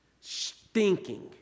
stinking